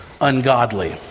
ungodly